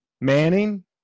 Manning